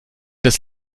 das